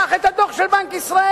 קח את הדוח של בנק ישראל.